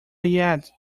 yet